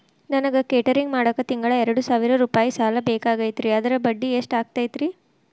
ನನಗ ಕೇಟರಿಂಗ್ ಮಾಡಾಕ್ ತಿಂಗಳಾ ಎರಡು ಸಾವಿರ ರೂಪಾಯಿ ಸಾಲ ಬೇಕಾಗೈತರಿ ಅದರ ಬಡ್ಡಿ ಎಷ್ಟ ಆಗತೈತ್ರಿ?